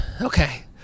okay